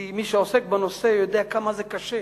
כי מי שעוסק בנושא יודע כמה זה קשה,